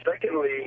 secondly